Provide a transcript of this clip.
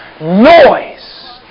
noise